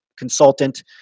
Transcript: consultant